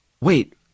Wait